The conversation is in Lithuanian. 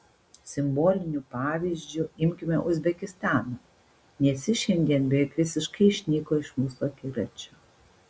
simboliniu pavyzdžiu imkime uzbekistaną nes jis šiandien beveik visiškai išnyko iš mūsų akiračio